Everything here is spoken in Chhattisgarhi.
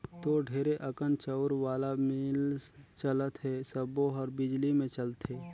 तोर ढेरे अकन चउर वाला मील चलत हे सबो हर बिजली मे चलथे